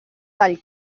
tall